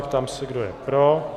Ptám se, kdo je pro.